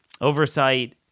oversight